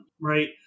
right